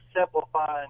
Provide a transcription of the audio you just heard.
simplifying